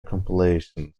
compilations